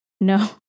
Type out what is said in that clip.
no